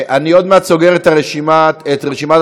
אני עוד מעט סוגר את רשימת הדוברים,